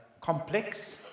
complex